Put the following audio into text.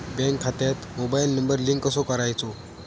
Bank खात्यात mobile number link कसो करायचो?